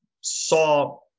saw